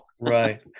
Right